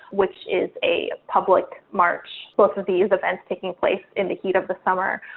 which is a public march, both of these events taking place in the heat of the summer.